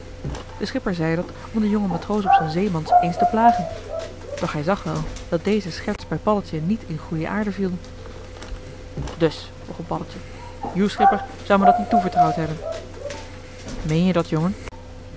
de schipper zei dat om den jongen matroos op z'n zeemans eens te plagen doch hij zag wel dat deze scherts bij paddeltje niet in goeie aarde viel dus begon paddeltje joe schipper zou me dat niet toevertrouwd hebben meen je dat jongen